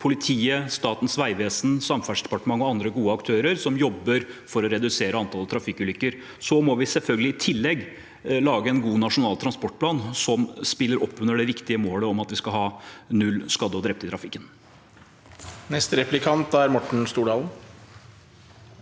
politiet, Statens vegvesen, Samferdselsdepartementet og andre gode aktører, som jobber for å redusere antallet trafikkulykker. I tillegg må vi selvfølgelig lage en god nasjonal transportplan som spiller opp under det viktige målet om at vi skal ha null skadde og drepte i trafikken. Morten Stordalen